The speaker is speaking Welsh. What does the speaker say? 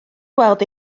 gweld